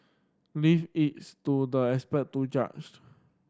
leave its to the expert to judge